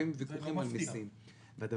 ולפעמים זה ויכוחים על מסים.